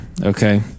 Okay